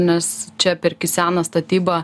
nes čia perki seną statybą